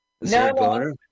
No